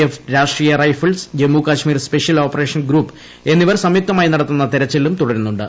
F രാഷ്ട്രീയ് rifles Jammu Kashmir special operation group എന്നിവർ സംയുക്തമായി നടത്തുന്ന തെരച്ചിലും തുടരുന്നുണ്ട്